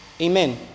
Amen